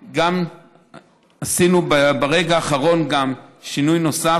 עשינו ברגע האחרון שינוי נוסף.